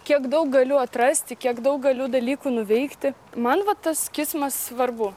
kiek daug galiu atrasti kiek daug galiu dalykų nuveikti man va tas kismas svarbu